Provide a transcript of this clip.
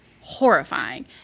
horrifying